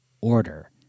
Order